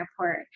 airport